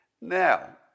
Now